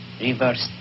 reversed